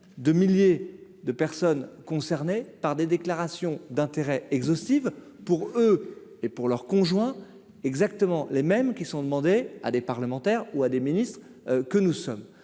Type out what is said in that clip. de milliers de personnes concernées par des déclarations d'intérêts exhaustive pour eux et pour leurs conjoints exactement les mêmes qui sont demander à des parlementaires ou à des ministres, que nous sommes,